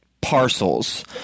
parcels